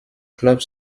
clubs